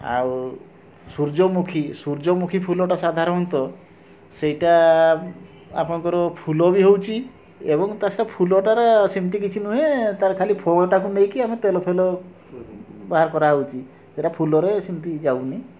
ଆଉ ସୂର୍ଯ୍ୟମୁଖୀ ସୂର୍ଯ୍ୟମୁଖୀ ଫୁଲଟା ସାଧାରଣତଃ ସେଇଟା ଆପଣଙ୍କର ଫୁଲ ବି ହେଉଛି ଏବଂ ତା' ସହିତ ଫୁଲଟାର ସେମିତି କିଛି ନୁହେଁ ତା'ର ଖାଲି ଫୁଲଟାକୁ ନେଇକି ଆମେ ତେଲ ଫେଲ ବାହାର କରାହେଉଛି ସେଇଟା ଫୁଲରେ ସେମତି ଯାଉନି